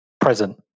present